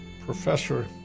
professor